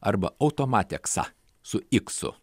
arba automateksa su iksu